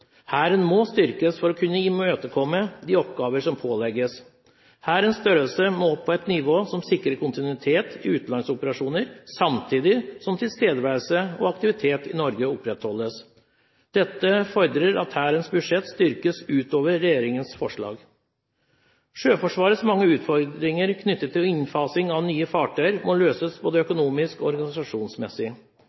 Hæren må styrkes for å kunne imøtekomme de oppgaver som pålegges. Hærens størrelse må opp på et nivå som sikrer kontinuitet i utenlandsoperasjoner, samtidig som tilstedeværelse og aktivitet i Norge opprettholdes. Dette fordrer at Hærens budsjett styrkes utover regjeringens forslag. Sjøforsvarets mange utfordringer knyttet til innfasing av nye fartøyer må møtes både økonomisk og organisasjonsmessig.